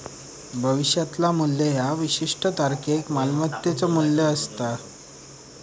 भविष्यातला मू्ल्य ह्या विशिष्ट तारखेक मालमत्तेचो मू्ल्य असता